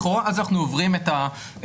לכאורה אז אנחנו עוברים את הסף,